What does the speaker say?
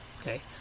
okay